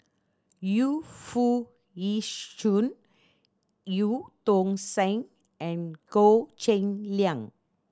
Yu Foo Yee Shoon Eu Tong Sen and Goh Cheng Liang